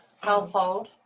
household